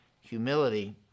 Humility